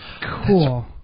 Cool